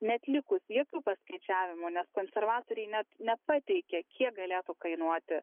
neatlikus jokių paskaičiavimų nes konservatoriai net nepateikė kiek galėtų kainuoti